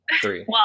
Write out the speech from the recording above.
Three